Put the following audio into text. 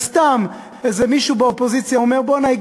סתם איזה מישהו באופוזיציה אומר: בוא'נה,